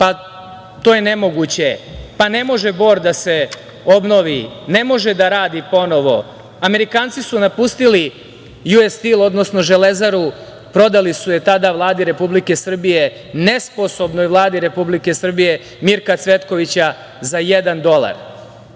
– to je nemoguće, pa – ne može Bor da se obnovi, ne može da radi ponovo. Amerikanci su napustili „Ju es stil“, odnosno „Železaru“, prodali su je tada Vladi Republike Srbije, nesposobnoj Vladi Republike Srbije, Mirka Cvetkovića, za jedan dolar.